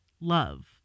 love